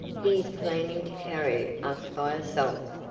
he is planning to carry us by assault.